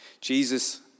Jesus